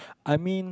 I mean